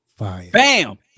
Bam